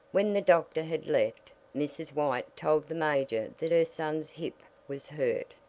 when the doctor had left, mrs. white told the major that her son's hip was hurt.